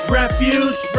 refuge